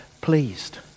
pleased